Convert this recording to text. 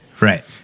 Right